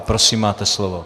Prosím, máte slovo.